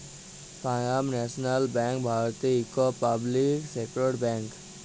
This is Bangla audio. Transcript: পালজাব ল্যাশলাল ব্যাংক ভারতের ইকট পাবলিক সেক্টর ব্যাংক